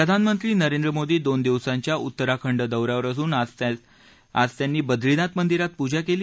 प्रधानमंत्री नरेंद्र मोदी दोन दिवसांच्या उत्तराखंड दौ यावर असून आज त्यांनी ब्रदीनाथ मंदिरात पूजा केली